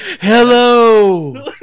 Hello